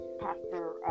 Pastor